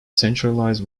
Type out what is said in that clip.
centralized